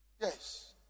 Yes